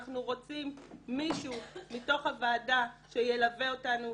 אנחנו רוצים מישהו מתוך הוועדה שילווה אותנו,